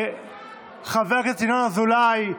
חבר הכנסת ינון אזולאי,